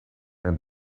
and